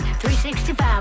365